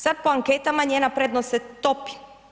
Sad po anketama njena prednost se topi.